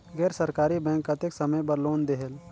गैर सरकारी बैंक कतेक समय बर लोन देहेल?